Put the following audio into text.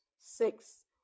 Six